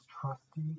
trusty